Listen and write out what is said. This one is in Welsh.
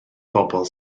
bobl